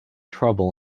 trouble